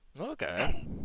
Okay